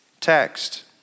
text